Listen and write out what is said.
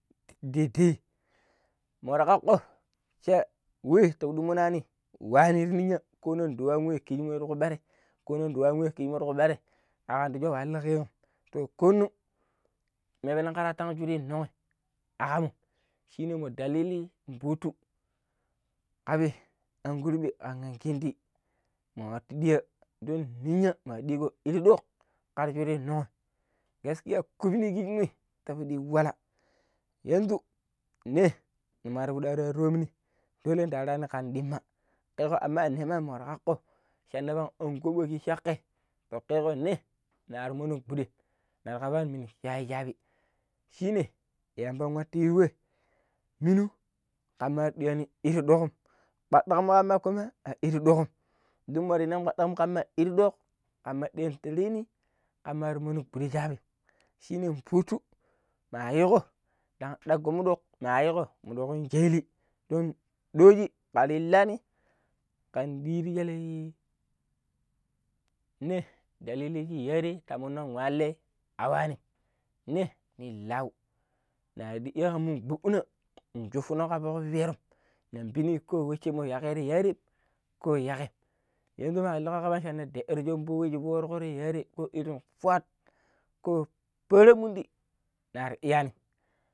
﻿tete moro ƙaƙƙo sha we ti piɗe monaani nwa wan shiriwiyan ko nong duwan we yareko banai ko nong duwan we kiji muroro bane, awanchigo ƙaabichiwenom to ko nong ne bieran kan jure noin, agamu shine manu dalili mbuttu kabi an ƙurɓe an ƙan ƙingɗi muatu ɗiiya don ninya mati ɗiigo iri ɗok kar shuri nong gaskiya kupniti piɗi yu wala shooje ne nima ri piɗi nwaro tomni ndaraani ka ɗimma keko aman makar kakko shanna pan an ƙoɓo kiji shakai to kekko ne nar monon gɓuɗen ner kabaa ni na minu shayi shaabi, shine yamba, yi watoyu wei minu kam mar ɗiiyaani iri ɗok, kpaɗɗak mu kame a iri ɗokom don ɓirang nugba ɗokama a iri ɗok kamar iya tereni kamar mono gɓuɗe shabim shine futu ma yiiko ɗaggo muɗok ma yiiko muɗok sha illi don ɗoji kar illaani kan ɗiitii shele ne dalili shi yare ta mun nong wala a waani ne ni lau na ɗiiya kan mun gɓuɗina in shuppuno ka fok piperom nen piini ko wushire yakai yarem ko yaken, yanzu ma illukam kama shana tang deɗɗiro shomvo we yare irin fwat ko param mundi nar lyaani m.